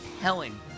telling